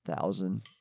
thousand